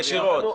ישירות?